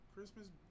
Christmas